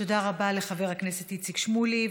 רבה לחבר הכנסת איציק שמולי.